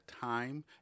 time